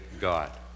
God